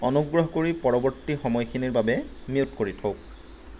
অনুগ্ৰ্ৰহ কৰি পৰৱৰ্তী সময়খিনিৰ বাবে মিউট কৰি থওক